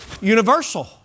universal